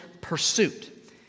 pursuit